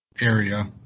area